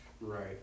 right